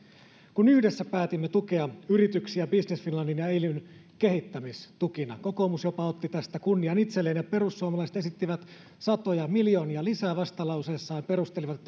kun yhdessä päätimme tukea yrityksiä business finlandin ja elyn kehittämistuilla kokoomus jopa otti tästä kunnian itselleen ja perussuomalaiset esittivät satoja miljoonia lisää vastalauseessaan ja perustelivat